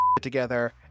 together